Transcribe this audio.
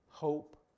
hope